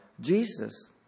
Jesus